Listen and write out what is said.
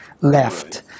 left